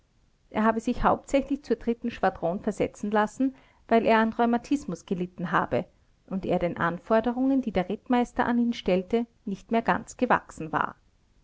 er habe sich hauptsächlich zur dritten schwadron versetzen lassen weil er an rheumatismus gelitten habe und er den anforderungen die der rittmeister an ihn stellte nicht mehr ganz gewachsen war